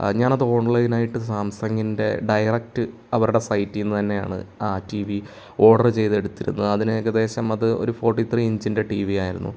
ഞാനത് ഓൺലൈൻ ആയിട്ട് സാംസങ്ങിൻ്റെ ഡയറക്റ്റ് അവരുടെ സൈറ്റിൽ നിന്ന് തന്നെയാണ് ആ ടി വി ഓർഡർ ചെയ്ത് എടുത്തിരുന്നത് അതിന് ഏകദേശം അത് ഒരു ഫോർട്ടി ത്രീ ഇഞ്ചിൻ്റെ ടി വി ആയിരുന്നു